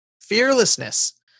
Fearlessness